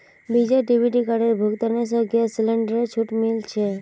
visa debit कार्डेर भुगतान स गैस सिलेंडरत छूट मिल छेक